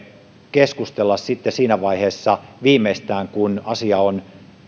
keskustella sitten viimeistään siinä vaiheessa kun asia on